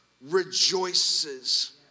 rejoices